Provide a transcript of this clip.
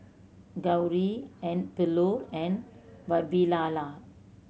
Gauri and Bellur and Vavilala